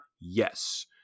yes